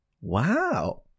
Wow